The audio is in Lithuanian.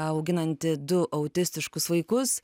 auginanti du autistiškus vaikus